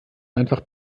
einfach